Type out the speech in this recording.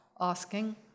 asking